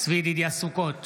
צבי ידידיה סוכות,